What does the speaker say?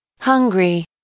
hungry